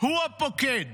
הוא הפוקד